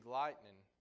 lightning